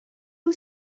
nhw